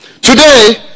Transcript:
Today